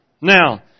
Now